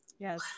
Yes